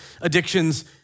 addictions